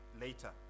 later